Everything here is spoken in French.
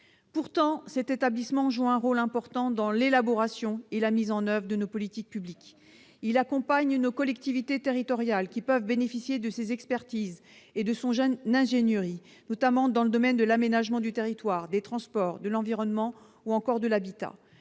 Pourtant, cet établissement joue un rôle important dans l'élaboration et la mise en oeuvre de nos politiques publiques. Il accompagne nos collectivités territoriales qui peuvent bénéficier de ses expertises et de son ingénierie, notamment dans le domaine de l'aménagement du territoire, des transports, de l'environnement ou encore de l'habitat.